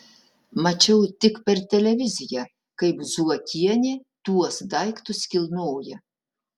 mačiau tik per televiziją kaip zuokienė tuos daiktus kilnoja